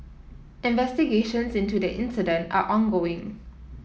investigations into the incident are ongoing